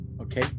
okay